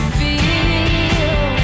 feel